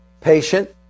patient